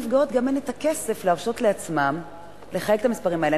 ולפעמים לאותן נפגעות גם אין הכסף להרשות לעצמן לחייג את המספרים האלה.